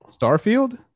Starfield